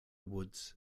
woods